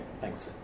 thanks